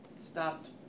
Stopped